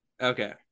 Okay